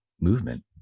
movement